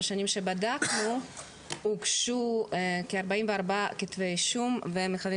השנים שבדקנו הוגשו כ-44 כתבי אישום והם מהווים